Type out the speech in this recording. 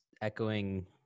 echoing